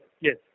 Yes